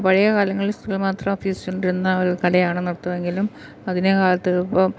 പഴയ കാലങ്ങളിൽ സ്ത്രീ മാത്രം അഭ്യസിച്ചുകൊണ്ടിരുന്ന ഒരു കലയാണ് നൃത്തമെങ്കിലും അതിനെ കാലത്ത് ഇപ്പോള്